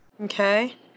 okay